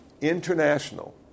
international